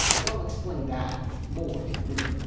but i'll explain that more in a minute.